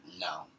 No